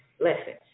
lessons